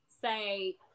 say